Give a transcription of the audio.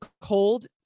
cold